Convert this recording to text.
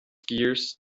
skiers